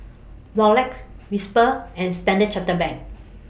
Rolex Whisper and Standard Chartered Bank